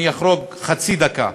אני אחרוג חצי דקה,